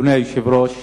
אדוני היושב-ראש,